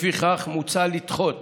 לפיכך, מוצע לדחות